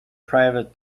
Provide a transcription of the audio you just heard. private